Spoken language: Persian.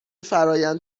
فرآیند